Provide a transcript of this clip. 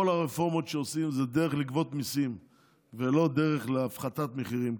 כל הרפורמות שעושים זה דרך לגבות מיסים ולא דרך להפחתת מחירים,